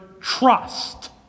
trust